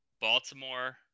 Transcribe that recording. Baltimore